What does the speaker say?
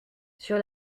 sur